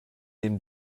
dem